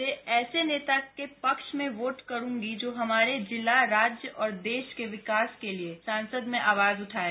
मैं ऐसे नेता के पक्ष में वोट करूंगी जो हमारे जिला राज्य और देश के विकास के लिए संसद में आवाज उठाये